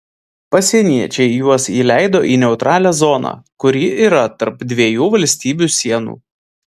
pasieniečiai juos įleido į neutralią zoną kuri yra tarp dviejų valstybių sienų